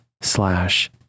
slash